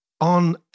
on